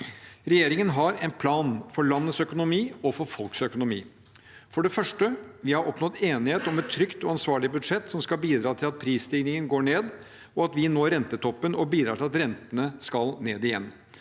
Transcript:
Regjeringen har en plan for landets økonomi og for folks økonomi. For det første: Vi har oppnådd enighet om et trygt og ansvarlig budsjett som skal bidra til at prisstigningen går ned, at vi når rentetoppen og bidrar til at rentene skal ned igjen.